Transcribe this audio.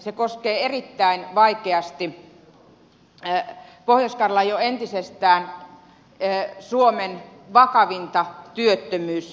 se koskee erittäin vaikeasti pohjois karjalan jo entisestään suomen vakavinta työttömyystilannetta